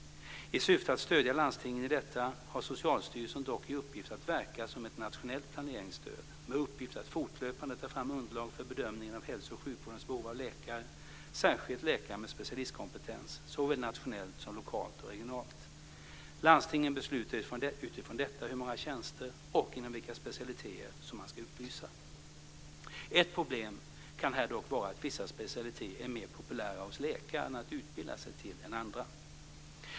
I syfte att stödja landstingen i detta har Socialstyrelsen dock i uppgift att verka som ett nationellt planeringsstöd med uppgift att fortlöpande ta fram underlag för bedömningen av hälso och sjukvårdens behov av läkare, särskilt läkare med specialistkompetens, såväl nationellt som lokalt och regionalt. Landstingen beslutar utifrån detta hur många tjänster, och inom vilka specialiteter, som man ska utlysa. Ett problem kan här dock vara att vissa specialiteter är mer populära hos läkarna att utbilda sig till än andra.